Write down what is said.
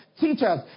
teachers